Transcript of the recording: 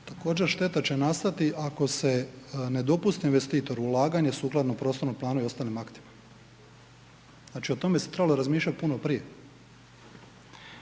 Također šteta će nastati ako se ne dopusti investitoru ulaganje sukladno poslovnom planu i ostalim aktima. Znači o tome se trebalo razmišljati puno prije.